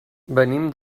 venim